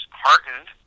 heartened